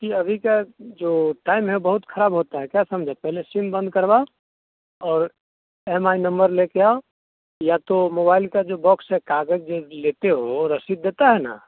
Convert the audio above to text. क्योंकि अभी का जो टाइम है वह बहुत ख़राब होता है क्या समझा पहले सिम बंद करवाओ और एम आई नंबर लेकर आओ या तो मोबाइल का जो बॉक्स है कागज़ जो लेते हो रसीद देता है ना